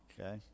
okay